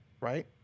right